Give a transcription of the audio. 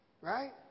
Right